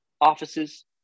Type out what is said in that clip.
offices